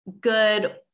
good